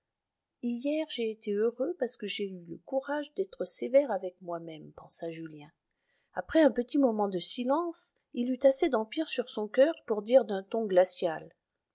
hier j'ai été heureux parce que j'ai eu le courage d'être sévère avec moi-même pensa julien après un petit moment de silence il eut assez d'empire sur son coeur pour dire d'un ton glacial